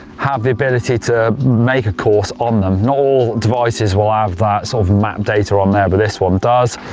have the ability to make a course on them. not all devices will have that sort of map data on there but this one does.